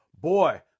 boy